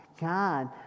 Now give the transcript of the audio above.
God